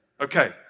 Okay